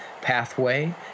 pathway